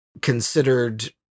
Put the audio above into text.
considered